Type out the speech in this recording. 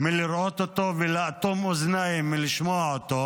מלראות אותו ולאטום אוזניים מלשמוע אותו,